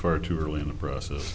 for too early in the process